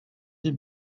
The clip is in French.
des